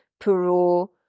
Peru